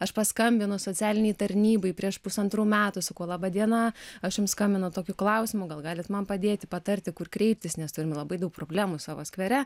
aš paskambinau socialinei tarnybai prieš pusantrų metų sakau laba diena aš jums skambinu tokiu klausimu gal galit man padėti patarti kur kreiptis nes turim labai daug problemų savo skvere